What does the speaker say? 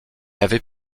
avait